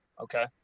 okay